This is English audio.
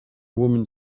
woman